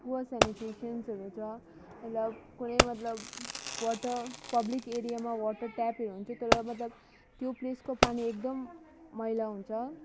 poor स्यानिटेसन्सहरू छ मतलब कुनै मतलब वाटर पब्लिक एरियामा वाटर ट्यापहरू हुन्थ्यो तर मतलब त्यो प्लेसको पानी एकदम मैला हुन्छ